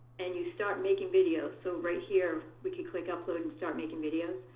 and you start making videos so right here we could click upload and start making videos.